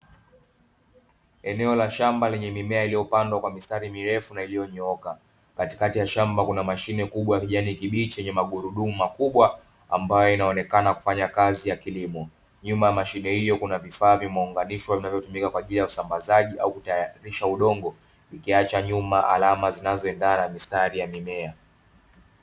Eneo la shamba lenye mimea iliyopandwa kwa mistari mirefu na iliyonyooka. Katikati ya shamba kuna mashine kubwa ya kijani kibichi yenye magurudumu makubwa, ambayo inaonekana kufanya kazi ya kilimo. Nyuma ya mashine hiyo kuna vifaa vilivyounganishwa vinavyotumika kwa ajili ya usambazaji au kutayarisha udongo, ikiacha nyuma alama zinayoendana na mistari ya mimea.